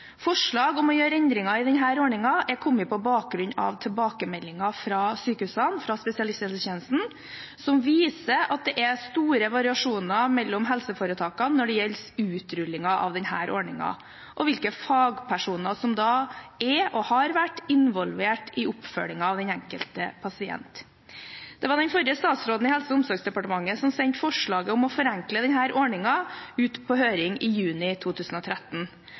Forslag om å gjøre endringer i denne ordningen er kommet på bakgrunn av tilbakemeldinger fra sykehusene, fra spesialisthelsetjenesten, som viser at det er store variasjoner mellom helseforetakene når det gjelder utrullingen av denne ordningen og hvilke fagpersoner som er og har vært involvert i oppfølgingen av den enkelte pasient. Det var den forrige statsråden i Helse- og omsorgsdepartementet som sendte forslaget om å forenkle denne ordningen, ut på høring i juni 2013.